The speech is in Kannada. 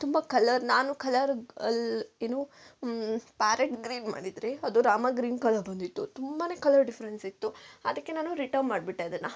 ತುಂಬ ಕಲರ್ ನಾನು ಕಲರ್ಗೆ ಅಲ್ಲಿ ಏನು ಪ್ಯಾರೇಟ್ ಗ್ರೀನ್ ಮಾಡಿದ್ರೆ ಅದು ರಾಮಾ ಗ್ರೀನ್ ಕಲರ್ ಬಂದಿತ್ತು ತುಂಬನೇ ಕಲರ್ ಡಿಫ್ರೆನ್ಸ್ ಇತ್ತು ಅದಕ್ಕೆ ನಾನು ರಿಟನ್ ಮಾಡ್ಬಿಟ್ಟೆ ಅದನ್ನು